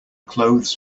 clothes